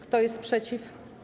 Kto jest przeciw?